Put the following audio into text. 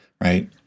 right